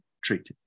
treated